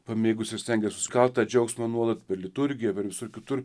pamėgusi stengiasi suskato džiaugsmo nuolat liturgija visur kitur